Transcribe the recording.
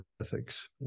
ethics